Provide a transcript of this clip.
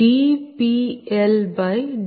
14 0